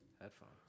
headphones